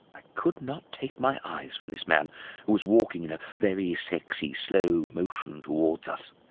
i could not take my eyes from this man who was walking in ah very sexy slow motion towards us.